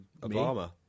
Obama